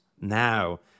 Now